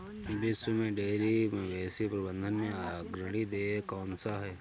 विश्व में डेयरी मवेशी प्रबंधन में अग्रणी देश कौन सा है?